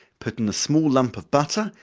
put in a small lump of butter,